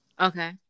Okay